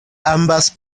ambas